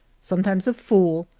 sometimes a fool,